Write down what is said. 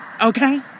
okay